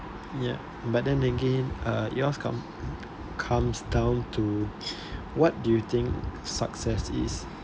ya but then again uh it all come comes down to what do you think success is